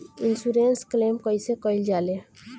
Insurance claim कइसे कइल जा ले?